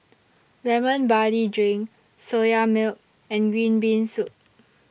Lemon Barley Drink Soya Milk and Green Bean Soup